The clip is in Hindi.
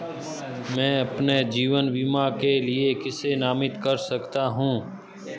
मैं अपने जीवन बीमा के लिए किसे नामित कर सकता हूं?